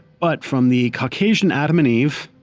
but from the caucasian adam and eve